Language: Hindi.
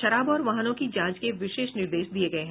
शराब और वाहनों की जांच के विशेष निर्देश दिये गये हैं